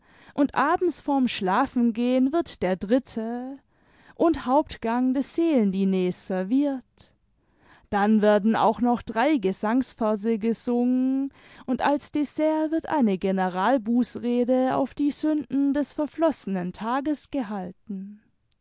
und abends vorm schlafengehen wird der dritte und hauptgang des seelendiners serviert dann werden auch noch drei gesangsverse gesungen und als dessert wird eine generalbußrede auf die sünden des verflossenen tages gehalten